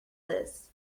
this